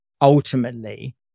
ultimately